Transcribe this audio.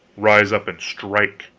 rise up and strike!